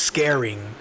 Scaring